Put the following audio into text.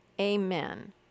Amen